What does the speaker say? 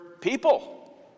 people